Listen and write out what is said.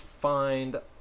find